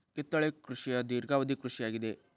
ಕಿತ್ತಳೆ ಕೃಷಿಯ ಧೇರ್ಘವದಿ ಕೃಷಿ ಆಗಿದೆ